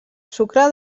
sucre